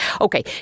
Okay